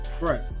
Right